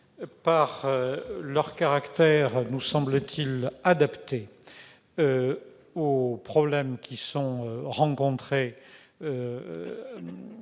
par leur caractère, semble-t-il, adapté aux problèmes rencontrés à